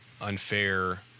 unfair